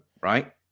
right